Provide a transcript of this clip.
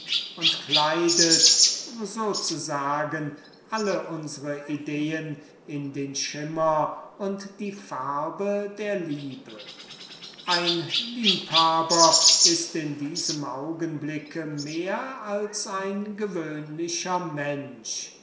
und kleidet so zu sagen alle unsre ideen in den schimmer und die farbe der liebe ein liebhaber ist in diesem augenblick mehr als ein gewöhnlicher mensch